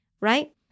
right